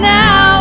now